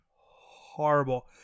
horrible